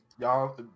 Y'all